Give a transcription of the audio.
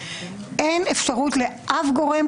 אין אפשרות לאף גורם,